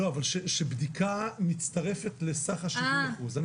לא, שבדיקה מצטרפת לסך ה-70 אחוזים.